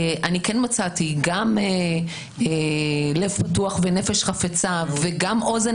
אני כן מצאתי גם לב פתוח ונפש חפצה וגם אוזן